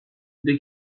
they